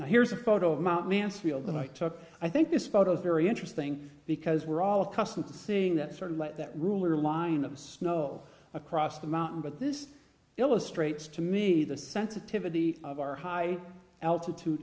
now here's a photo of mt man field that i took i think this photo is very interesting because we're all accustomed to seeing that sort of light that ruler line of snow across the mountain but this illustrates to me the sensitivity of our high altitude